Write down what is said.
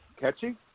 Catchy